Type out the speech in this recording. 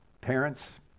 Parents